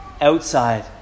outside